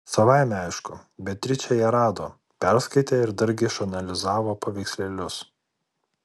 savaime aišku beatričė ją rado perskaitė ir dargi išsianalizavo paveikslėlius